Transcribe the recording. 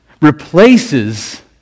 replaces